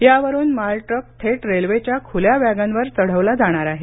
यावरून मालट्रक थेट रेल्वेच्या खूल्या वॅगनवर चढवला जाणार आहे